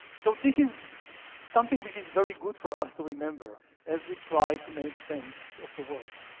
so this is something which is very good for us to remember as we try to make sense of the world.